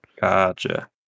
Gotcha